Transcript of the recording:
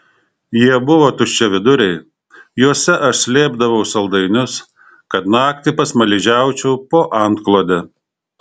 jie buvo tuščiaviduriai juose aš slėpdavau saldainius kad naktį pasmaližiaučiau po antklode